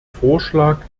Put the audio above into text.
vorschlag